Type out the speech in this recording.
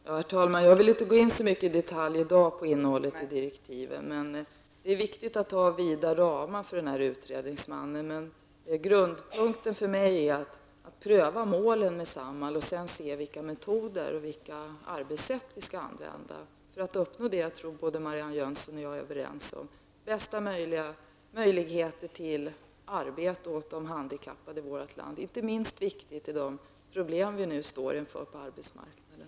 Herr talman! Jag vill i dag inte gå in så mycket på innehållet i direktiven. Det är viktigt att utredningsmannen får vida ramar för sitt arbete. Det grundläggande för mig är att man prövar målen för Samhalls verksamhet för att se vilka metoder och arbetssätt vi skall använda för att uppnå det som jag tror att Marianne Jönsson och jag är överens om, att ge de handikappade de bästa möjligheterna att få arbete, inte minst med tanke på de problem vi nu står inför på arbetsmarknaden.